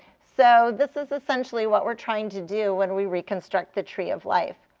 so this is essentially what we're trying to do when we reconstruct the tree of life.